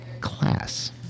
class